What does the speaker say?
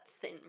thin